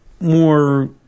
more